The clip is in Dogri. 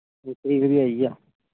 देसी तेल बी आई गेआ